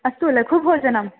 अस्तु लघुभोजनम्